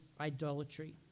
idolatry